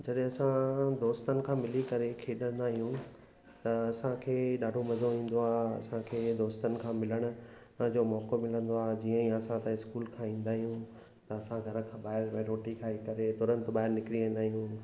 जॾहिं असां दोस्तनि खां मिली करे खेॾंदा आहियूं त असांखे ॾाढो मज़ो ईंदो आहे असांखे दोस्तनि खां मिलण जो मौको मिलंदो आहे जीअं ई असां त स्कूल खां ईंदा आहियूं त असां घर खां ॿाहिरि न रोटी खाई करे तुरंत ॿाहिरि निकिरी वेंदा आहियूं